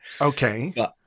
Okay